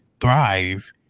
thrive